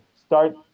start